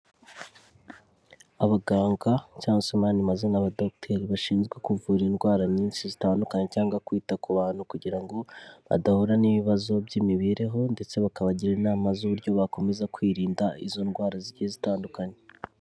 Abaganga cyangwa se muyandi mazina aba dogiteri bashinzwe kuvura indwara nyinshi zitandukanye, cyangwa kwita ku bantu kugira ngo badahura n'ibibazo by'imibereho, ndetse bakabagira inama z'uburyo bakomeza kwirinda izo ndwara zigiye zitandukanye.